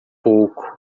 pouco